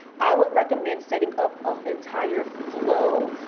i would recommend setting up ah entire flow,